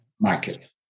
market